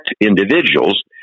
individuals